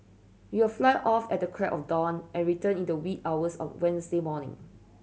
you'll fly off at the crack of dawn and return in the wee hours of Wednesday morning